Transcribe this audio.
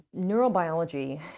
neurobiology